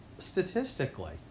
Statistically